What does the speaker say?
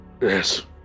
Yes